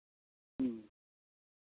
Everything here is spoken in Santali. ᱦᱮᱸ